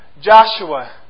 Joshua